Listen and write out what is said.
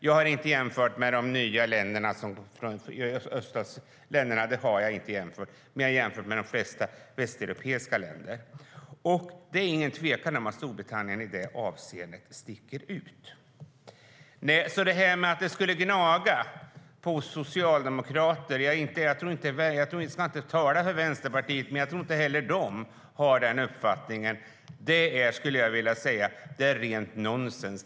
Jag har inte jämfört med öststatsländerna men med de flesta västeuropeiska länder, och det är ingen tvekan om att Storbritannien sticker ut i detta avseende. Nej, det gnager inte på oss socialdemokrater. Jag ska inte tala för Vänsterpartiet, men jag tror inte att de heller har den uppfattningen. Det är rent nonsens.